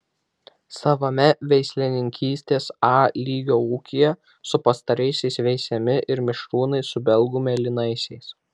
savame veislininkystės a lygio ūkyje su pastaraisiais veisiami ir mišrūnai su belgų mėlynaisiais